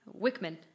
Wickman